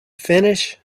finish